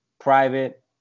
private